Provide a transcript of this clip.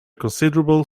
considerable